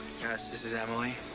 gus, this is emily.